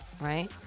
Right